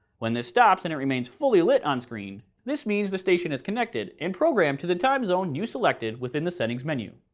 when this stops and it remains fully lit on screen this means the station is connected and programmed to the time zone you selected within the settings menu.